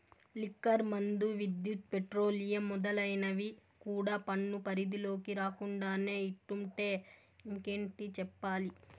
liquor మందు, విద్యుత్, petroleum మొదలైనవి కూడా పన్ను పరిధిలోకి రాకుండానే ఇట్టుంటే ఇంకేటి చెప్పాలి